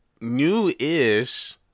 new-ish